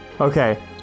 Okay